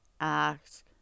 ask